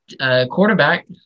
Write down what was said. Quarterback